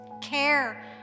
care